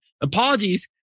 Apologies